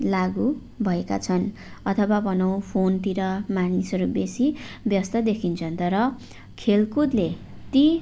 लागु भएका छन् अथवा भनौँ फोनतिर मानिसहरू बेसी व्यस्त देखिन्छन् तर खेलकुदले ती